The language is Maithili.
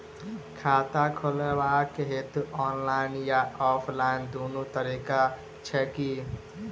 खाता खोलेबाक हेतु ऑनलाइन आ ऑफलाइन दुनू तरीका छै की?